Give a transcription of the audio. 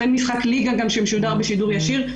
אין משק ליגה שמשודר בשידור ישיר,